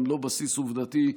גם לא בסיס עובדתי.